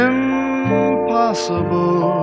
Impossible